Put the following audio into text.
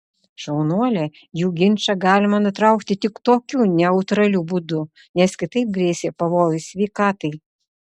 šaunuolė jų ginčą galima nutraukti tik tokiu neutraliu būdu nes kitaip grėsė pavojus sveikatai